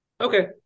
Okay